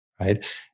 Right